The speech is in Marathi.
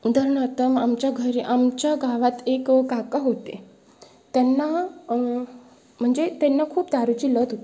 उदाहरणार्थ आमच्या घरी आमच्या गावात एक काका होते त्यांना म्हणजे त्यांना खूप दारूची लत होती